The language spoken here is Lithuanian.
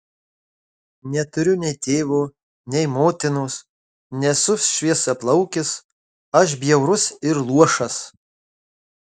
neturiu nei tėvo nei motinos nesu šviesiaplaukis aš bjaurus ir luošas